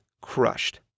crushed